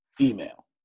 email